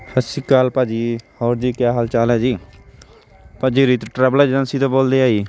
ਸਤਿ ਸ਼੍ਰੀ ਅਕਾਲ ਭਾਅ ਜੀ ਹੋਰ ਜੀ ਕਿਆ ਹਾਲ ਚਾਲ ਹੈ ਜੀ ਭਾਅ ਜੀ ਰੀਤ ਟਰੈਵਲ ਏਜੰਸੀ ਤੋਂ ਬੋਲਦੇ ਹੈ ਜੀ